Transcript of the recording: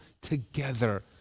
together